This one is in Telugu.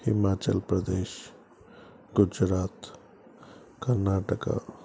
హిమాచల్ప్రదేశ్ గుజరాత్ కర్ణాటక